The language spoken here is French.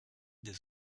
des